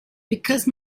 because